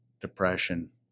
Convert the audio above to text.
depression